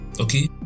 okay